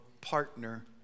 partner